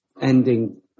ending